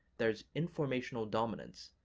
there is informational dominance,